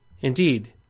Indeed